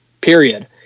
period